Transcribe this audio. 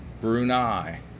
Brunei